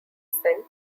sent